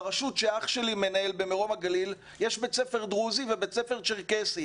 ברשות שאח שלי מנהל במרום הגליל יש בית ספר דרוזי ובית ספר צ'רקסי.